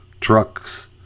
trucks